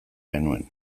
genuen